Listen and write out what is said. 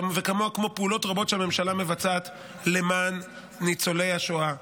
כמו פעולות רבות שהממשלה מבצעת למען ניצולי השואה,